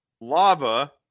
Lava